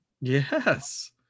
Yes